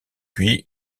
puis